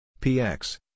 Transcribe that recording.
px